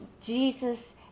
Jesus